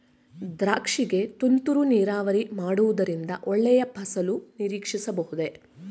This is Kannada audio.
ದ್ರಾಕ್ಷಿ ಗೆ ತುಂತುರು ನೀರಾವರಿ ಮಾಡುವುದರಿಂದ ಒಳ್ಳೆಯ ಫಸಲು ನಿರೀಕ್ಷಿಸಬಹುದೇ?